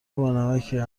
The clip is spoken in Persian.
بانمکیه